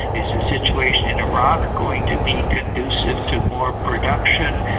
is the situation in iraq going to be conducive to more production,